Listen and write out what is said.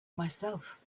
myself